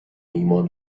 ایمان